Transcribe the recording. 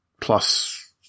plus